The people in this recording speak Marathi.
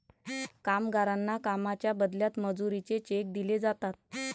कामगारांना कामाच्या बदल्यात मजुरीचे चेक दिले जातात